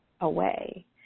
away